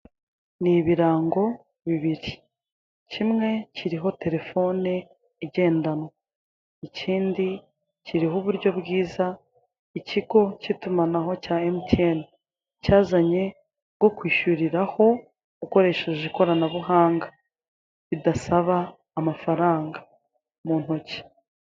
Ni ibirango bibiri kimwe kiriho telephone igendanwa, ikindi kiriho uburyo bwiza ikigo cy'itumanaho cya MTN cyazanye bwo kwishyuriraho ukoresheje ikoranabuhanga bidasaba amafaranga mu ntoki.